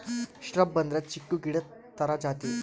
shrub ಅಂದ್ರೆ ಚಿಕ್ಕು ಗಿಡ ತರ ಜಾತಿ